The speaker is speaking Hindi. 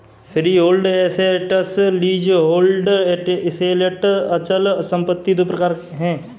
फ्रीहोल्ड एसेट्स, लीजहोल्ड एसेट्स अचल संपत्ति दो प्रकार है